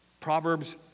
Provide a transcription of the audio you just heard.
Proverbs